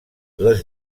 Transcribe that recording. les